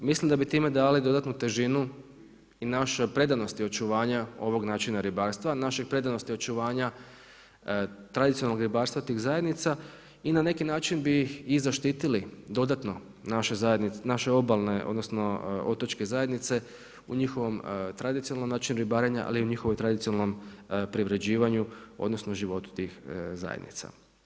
Mislim da bi time dali dodatnu težinu i našoj predanosti očuvanja ovog načina ribarstva, našoj predanosti očuvanja tradicionalnog ribarstva tih zajednica i na neki način bi ih i zaštiti dodatno, naše obalne, odnosno, otočke zajednice u njihovom tradicionalnom načinu ribarenja, ali i u njihovom tradicionalnom privređivanju, odnosno, životu tih zajednica.